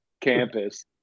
campus